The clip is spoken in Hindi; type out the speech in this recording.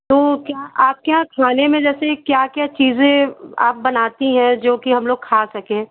तो क्या आप क्या खाने में जैसे क्या क्या चीज़े आप बनाती हैं जो कि हम लोग खा सकें